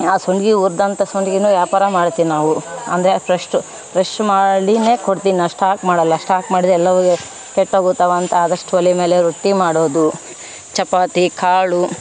ಆ ಸಂಡಿಗೆ ಹುರ್ದಂಥ ಸಂಡಿಗೇನು ವ್ಯಾಪಾರ ಮಾಡ್ತಿವಿ ನಾವು ಅಂದರೆ ಫ್ರೆಶ್ಟು ಫ್ರೆಶ್ ಮಾಡಿನೇ ಕೊಡ್ತಿನಿ ನಾ ಸ್ಟಾಕ್ ಮಾಡೋಲ್ಲ ಸ್ಟಾಕ್ ಮಾಡಿದೆ ಎಲ್ಲವೂ ಕೆಟ್ಟೋಗುತಾವೆ ಅಂತ ಆದಷ್ಟು ಒಲೆ ಮೇಲೆ ರೊಟ್ಟಿ ಮಾಡೋದು ಚಪಾತಿ ಕಾಳು